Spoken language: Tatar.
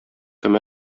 кем